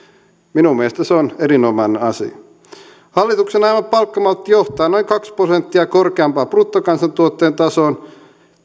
minun mielestäni se on erinomainen asia hallituksen ajama palkkamaltti johtaa noin kaksi prosenttia korkeampaan bruttokansantuotteen tasoon